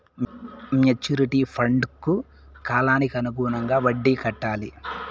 maturity ఫండ్కు కాలానికి అనుగుణంగా వడ్డీ కట్టాలి